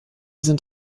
sind